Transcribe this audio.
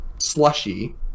slushy